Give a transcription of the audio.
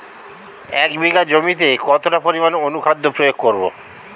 এক বিঘা জমিতে কতটা পরিমাণ অনুখাদ্য প্রয়োগ করব?